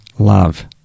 Love